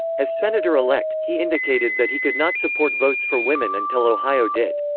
as senator-elect, he indicated that he could not support votes for women until ohio did.